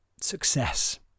success